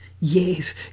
Yes